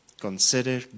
consider